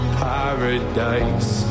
paradise